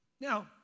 Now